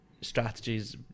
strategies